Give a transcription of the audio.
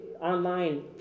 online